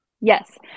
Yes